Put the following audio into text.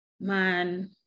man